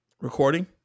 recording